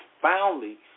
profoundly